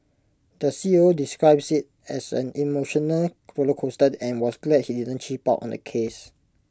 the C E O describes IT as an emotional roller coaster and was glad he didn't cheap out on the case